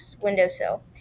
windowsill